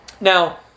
Now